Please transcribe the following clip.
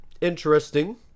interesting